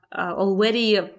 already